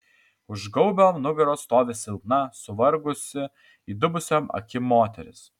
už gaubio nugaros stovi silpna suvargusi įdubusiom akim moteris